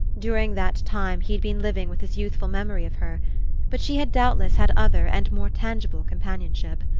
during that time he had been living with his youthful memory of her but she had doubtless had other and more tangible companionship.